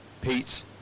Pete